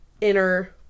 inner